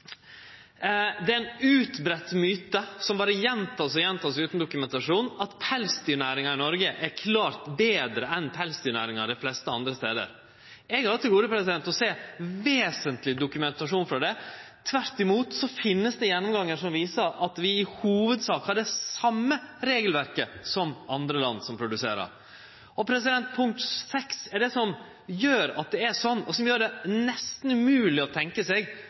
Det er ein utbreidd myte – som berre vert gjenteke og gjenteke utan dokumentasjon – at pelsdyrnæringa i Noreg er klart betre enn pelsdyrnæringa dei fleste andre stader. Eg har til gode å sjå vesentleg dokumentasjon for det. Tvert imot finst det gjennomgangar som viser at vi i hovudsak har det same regelverket som andre land med pelsdyrproduksjon. Punkt 6: Det som gjer at det er slik, og som gjer det nesten umogleg å tenkje seg